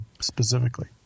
specifically